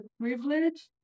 privilege